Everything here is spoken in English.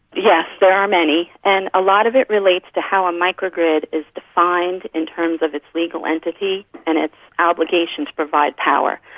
yes, there are many, and a lot of it relates to how a micro-grid is defined in terms of its legal entity and its obligation to provide power.